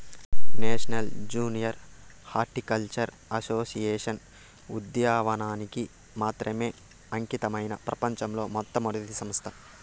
national junior horticultural association ఉద్యానవనానికి మాత్రమే అంకితమైన ప్రపంచంలో మొట్టమొదటి సంస్థ